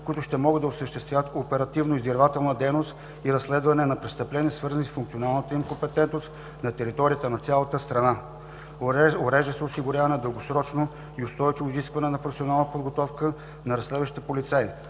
които ще могат да осъществяват оперативно-издирвателна дейност и разследване на престъпления, свързани с функционалната им компетентност на територията на цялата страна. Урежда се осигуряване на дългосрочно и устойчиво изискване за професионалната подготовка на разследващите полицаи.